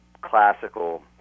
classical